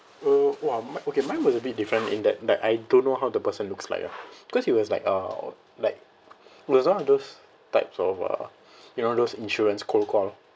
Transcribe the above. uh !wah! mine okay mine was a bit different in that that I don't know how the person looks like ah cause he was like uh like was one of those types of uh you know those insurance cold call